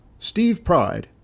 stevepride